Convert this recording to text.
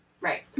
right